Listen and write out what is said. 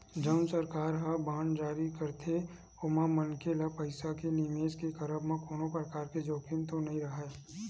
जउन सरकार ह बांड जारी करथे ओमा मनखे ल पइसा के निवेस के करब म कोनो परकार के जोखिम तो नइ राहय